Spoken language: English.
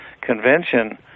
Convention